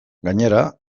gainera